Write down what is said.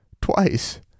twice